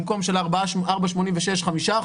במקום של 4.86% עד 5%,